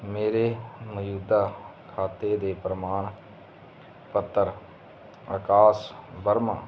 ਮੇਰੇ ਮੌਜੂਦਾ ਖਾਤੇ ਦੇ ਪ੍ਰਮਾਣ ਪੱਤਰ ਆਕਾਸ਼ ਵਰਮਾ